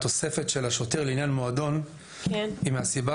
התוספת של השוטר לעניין מועדון היא מהסיבה